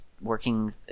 working